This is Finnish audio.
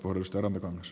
arvoisa puhemies